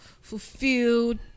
fulfilled